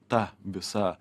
ta visa